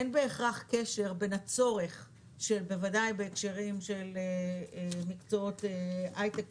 אין בהכרח קשר בין הצורך שהם בוודאי בהקשרים של מקצועות היי-טק